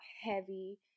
heavy